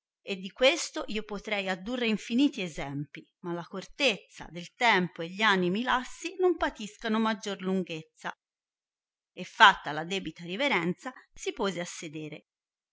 e di questo io potrei addurre infiniti essempi ma la cortezza del tempo e gli animi lassi non patiscono maggior lunghezza e fatta la debita riverenza si pose a sedere